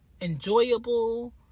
enjoyable